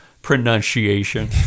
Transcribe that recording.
Pronunciation